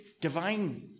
divine